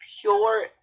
pure